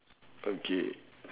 okay